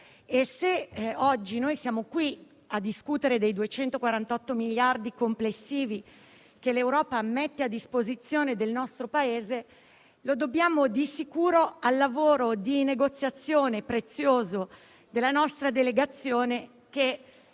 E, se oggi siamo qui a discutere dei 248 miliardi di euro complessivi che l'Europa mette a disposizione del nostro Paese, lo dobbiamo di sicuro al prezioso lavoro di negoziazione della nostra delegazione che